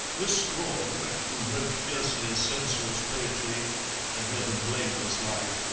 miss scrawen, who wrote fiercely sensuous poetry and led a blameless life,